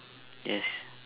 yes